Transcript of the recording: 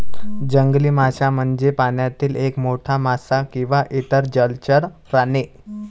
जंगली मासा म्हणजे पाण्यातील एक मोठा मासा किंवा इतर जलचर प्राणी